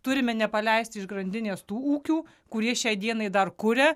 turime nepaleisti iš grandinės tų ūkių kurie šiai dienai dar kuria